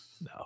no